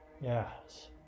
Yes